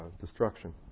destruction